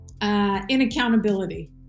inaccountability